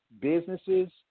businesses